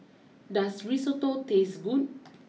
does Risotto taste good